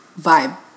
vibe